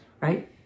Right